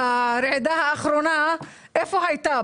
אני מבקש שלא תהיה אפליה, אני מעריך שאין אפליה.